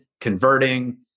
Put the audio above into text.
converting